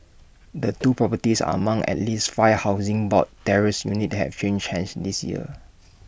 the two properties are among at least five Housing Board terraced units have changed hands this year